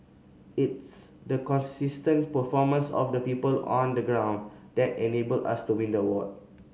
it's the consistent performance of the people on the ground that enabled us to win the award